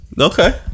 Okay